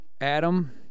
Adam